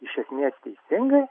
iš esmės teisinga